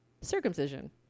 circumcision